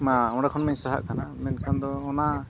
ᱢᱟ ᱚᱸᱰᱮ ᱠᱷᱚᱱ ᱢᱟᱧ ᱥᱟᱦᱟᱜ ᱠᱟᱱᱟ ᱢᱮᱱᱠᱷᱟᱱ ᱫᱚ ᱚᱱᱟ